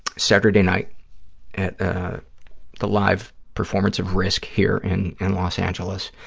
saturday night at the live performance of risk! here in and los angeles,